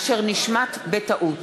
אשר נשמט בטעות.